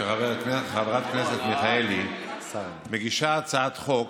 שחברת הכנסת מיכאלי מגישה הצעת חוק